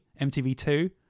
MTV2